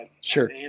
Sure